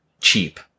cheap